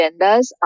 agendas